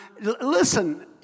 Listen